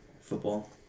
Football